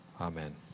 amen